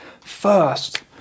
first